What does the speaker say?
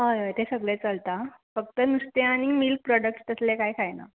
हय हय तें सगळें चलता फक्त नुस्तें आनी मिल्क प्रोडक्ट तसले कांय खायना